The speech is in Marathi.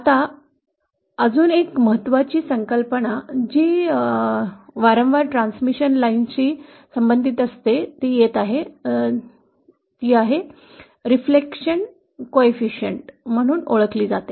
आता अजून एक महत्वाची संकल्पना येत आहे जी वारंवार ट्रान्समिशन लाईनशी संबंधित असते जी प्रतिबिंब गुणांक म्हणून ओळखली जाते